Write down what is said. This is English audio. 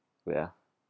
wait ah